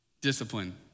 Discipline